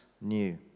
new